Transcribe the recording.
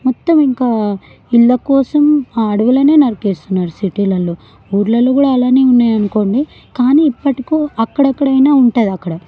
మొత్తం ఇంకా ఇళ్ళకోసం ఆ అడవులనే నరికేస్తున్నారు సిటీల్లో ఊళ్ళలో కూడా అలానే ఉన్నాయనుకోండి కానీ ఇప్పటికో అక్కడక్కడా అయినా ఉంటుంది అక్కడ